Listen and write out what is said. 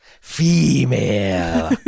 female